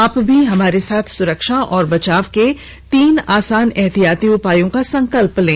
आप भी हमारे साथ सुरक्षा और बचाव के तीन आसान एहतियाती उपायों का संकल्प लें